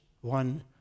one